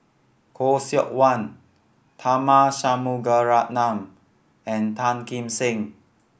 Khoo Seok Wan Tharman Shanmugaratnam and Tan Kim Seng